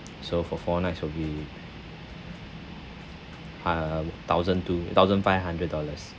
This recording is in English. so for four nights will be uh thousand two thousand five hundred dollars